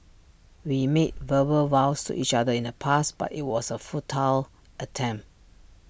we made verbal vows to each other in the past but IT was A futile attempt